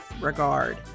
regard